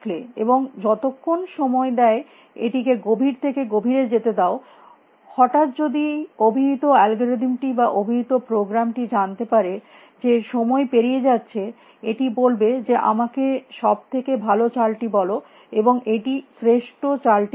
এবং যতক্ষণ সময় দেয় এটিকে গভীর থেকে গভীরে যেতে দাও হঠাৎ যদি অভিহিত অ্যালগরিদমটি বা অভিহিত প্রোগ্রামটি জানতে পারে যে সময় পেরিয়ে যাচ্ছে এটি বলবে যে আমাকে সব থেকে ভালো চালটি বলো এবং এটি শ্রেষ্ঠ চালটি খেলবে